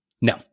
No